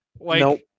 Nope